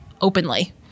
openly